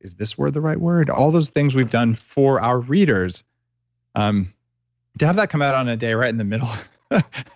is this word the right word? all those things we've done for our readers um to have that come out on the ah day right in the middle